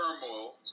turmoil